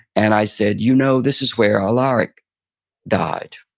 and i said, you know, this is where alaric died.